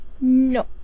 No